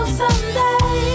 someday